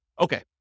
Okay